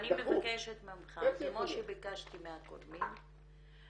אני מבקשת ממך כמו שביקשתי מהקודמים,